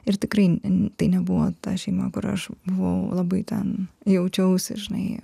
ir tikrai ne tai nebuvo ta šeima kur aš buvau labai ten jaučiausi žinai